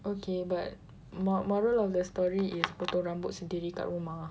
okay but mor~ moral of the story is potong rambut sendiri kat rumah